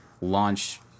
launch